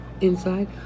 inside